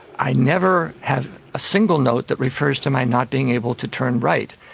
i never have a single note that refers to my not being able to turn right,